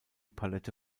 palette